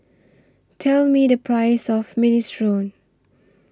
Tell Me The Price of Minestrone